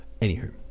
Anywho